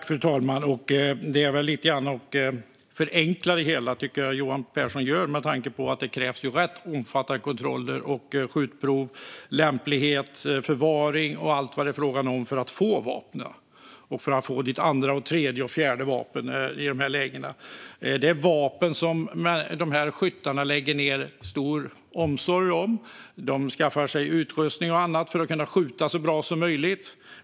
Fru talman! Jag tycker att Johan Pehrson förenklar det hela med tanke på att det krävs rätt omfattande kontroller, som skjutprov, kontroll av lämplighet och förvaring, för att få sitt första, andra, tredje och fjärde vapen. Skyttarna lägger ned stor omsorg om sina vapen. De skaffar sig utrustning och annat för att kunna skjuta så bra som möjligt.